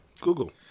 Google